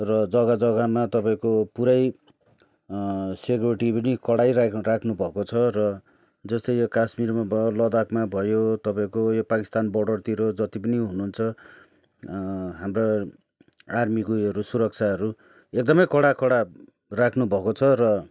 र जग्गा जग्गामा तपाईँको पुरै सेकुरिटी पनि कडै राख्नु राख्नुभएको छ र जस्तै यो काश्मीरमा भ लद्दाखमा भयो तपाईँको यो पाकिस्तान बोर्डरतिर जति पनि हुनुहुन्छ हाम्रा आर्मीको उयोहरू सुरक्षाहरू एकदमै कडा कडा राख्नुभएको छ र